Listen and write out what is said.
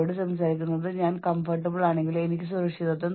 പിന്നെ തീർച്ചയായും തിരുത്തൽ പ്രവർത്തനം ആരംഭിക്കുന്നു